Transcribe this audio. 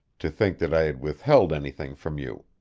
to think that i had withheld anything from you,